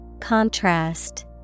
Contrast